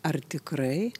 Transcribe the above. ar tikrai